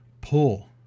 pull